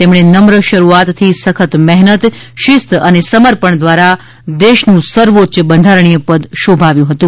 તેમણે નમ્ર શરૂઆતથી સખત મહેનત શિસ્ત અને સમર્પણ દ્વારા દેશનું સર્વોચ્ય બંધારણીય પદ શોભાવ્યું હતું